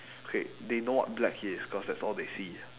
okay they know what black is cause that's all they see